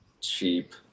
cheap